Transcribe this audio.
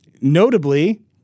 Notably